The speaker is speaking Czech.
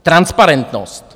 Transparentnost.